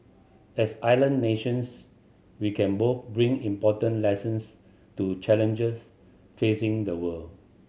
as island nations we can both bring important lessons to challenges facing the world